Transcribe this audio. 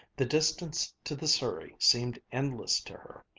the distance to the surrey seemed endless to her.